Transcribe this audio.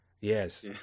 Yes